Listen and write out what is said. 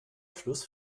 fluss